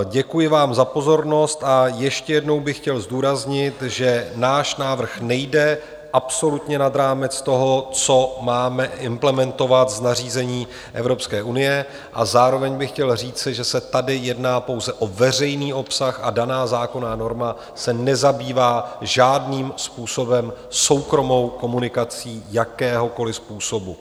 Děkuji vám za pozornost a ještě jednou bych chtěl zdůraznit, že náš návrh nejde absolutně nad rámec toho, co máme implementovat z nařízení Evropské unie, a zároveň bych chtěl říci, že se tady jedná pouze o veřejný obsah, a daná zákonná norma se nezabývá žádným způsobem soukromou komunikací jakéhokoliv způsobu.